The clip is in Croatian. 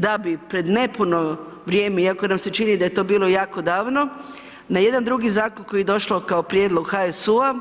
Da bi pred nepuno vrijeme iako nam se čini da je to bilo jako davno, na jedan drugi zakon koji je došao kao prijedlog HSU-a,